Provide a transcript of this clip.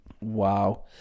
wow